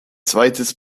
zweites